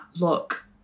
look